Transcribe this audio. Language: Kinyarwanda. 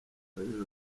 maj